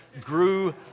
grew